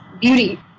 beauty